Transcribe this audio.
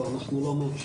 לא, אנחנו לא מאפשרים.